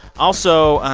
also,